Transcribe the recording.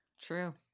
True